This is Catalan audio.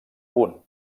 punt